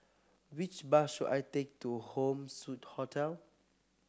which bus should I take to Home Suite Hotel